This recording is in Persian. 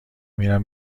میرم